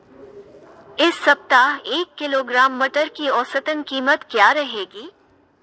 इस सप्ताह एक किलोग्राम मटर की औसतन कीमत क्या रहेगी?